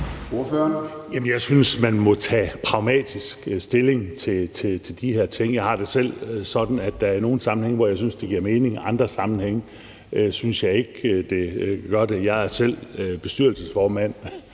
jeg synes, at man må tage pragmatisk stilling til de her ting. Jeg har det selv sådan, at der er nogle sammenhænge, hvor jeg synes at det giver mening, og andre sammenhænge hvor jeg ikke synes det. Jeg er selv bestyrelsesformand,